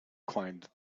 climbed